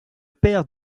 père